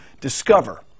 discover